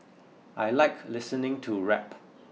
I like listening to rap